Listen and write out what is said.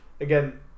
again